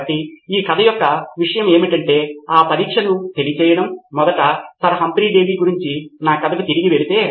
కాబట్టి ఈ కథ యొక్క విషయం ఏమిటంటే ఆ పరీక్షను తెలియజేయడం మొదట సర్ హంఫ్రీ డేవి గురించి నా కథకు తిరిగి వెళితే